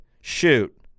shoot